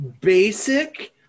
basic